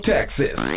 Texas